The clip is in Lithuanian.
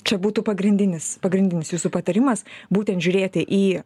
čia būtų pagrindinis pagrindinis jūsų patarimas būtent žiūrėti į